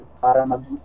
para